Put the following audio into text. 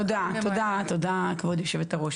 תודה, כבוד יושבת הראש.